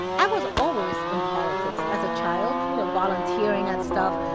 i was always in politics as a child, you know, volunteering at stuff,